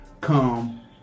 come